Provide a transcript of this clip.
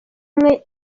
umwe